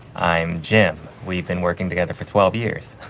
i'm jim. we've been working together for twelve years.